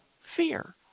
fear